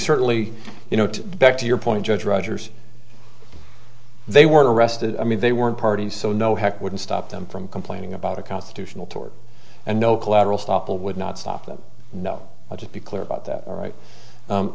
certainly you know to back to your point judge rogers they weren't arrested i mean they weren't parties so no heck wouldn't stop them from complaining about a constitutional torch and no collateral stoppel would not stop them no i'll just be clear about that right